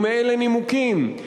ומאילו נימוקים?